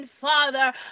Father